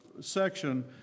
section